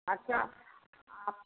अच्छा आप